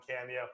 Cameo